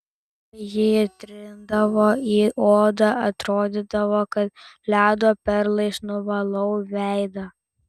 kai jį įtrindavau į odą atrodydavo kad ledo perlais nuvalau veidą